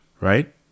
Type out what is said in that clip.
right